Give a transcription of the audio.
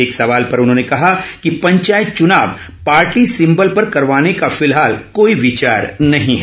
एक सवाल पर उन्होंने कहा कि पंचायत चुनाव पार्टी सिॅंबल पर करवाने का फिलहाल कोई विचार नहीं है